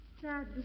Sad